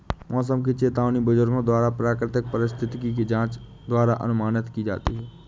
मौसम की चेतावनी बुजुर्गों द्वारा प्राकृतिक परिस्थिति की जांच द्वारा अनुमानित की जाती थी